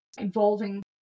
involving